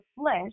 flesh